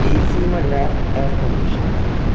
AC म्हळ्यार air conditioner आसा